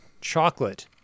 chocolate